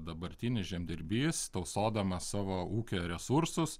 dabartinis žemdirbys tausodamas savo ūkio resursus